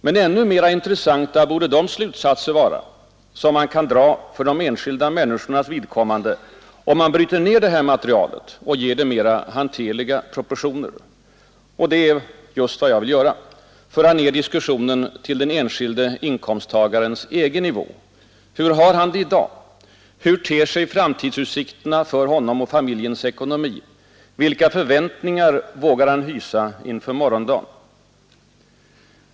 Men ännu mer intressanta borde de slutsatser vara som man kan dra för de enskilda människornas vidkommande, om man bryter ner det här materialet och ger det mera hanterliga proportioner. Och det är just vad jag vill göra, föra ner diskussionen till den enskilde inkomsttagarens egen nivå. Hur har han det i dag? Hur ter sig framtidsutsikterna för honom och familjernas ekonomi? Vilka förväntningar vågar han hysa inför morgondagen?